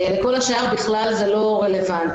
לגבי כל השאר זה בכלל לא רלוונטי.